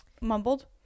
mumbled